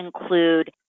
include